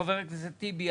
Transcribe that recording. חבר הכנסת טיבי,